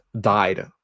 died